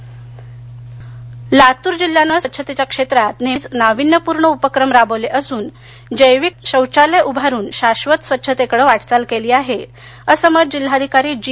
लातर लातूर जिल्ह्यानं स्वच्छतेच्या क्षेत्रात नेहमीच नाविन्यपूर्ण उपक्रम राबवले असून जैविक शौचालय उभारून शाश्वत स्वच्छतेकडे वाटचाल केली आहे असं मत जिल्हाधिकारी जी